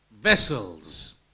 vessels